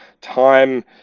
time